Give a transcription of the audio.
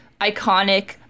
iconic